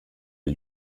die